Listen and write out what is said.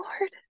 Lord